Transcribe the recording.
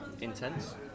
intense